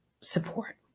support